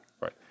right